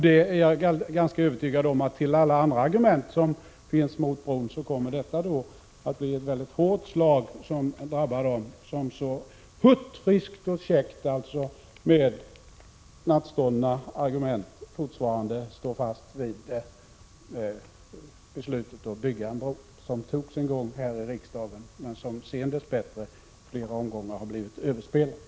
Jag är ganska övertygad om att till alla andra argument kommer argumentet beträffande en ändrad strömföring att bli ett hårt slag som drabbar dem som så hurtfriskt och käckt med nattståndna argument fortfarande står fast vid det beslut om att bygga en bro som togs en gång här i riksdagen men som sedan dess bättre i flera omgångar har blivit överspelat.